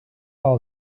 all